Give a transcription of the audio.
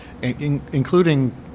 including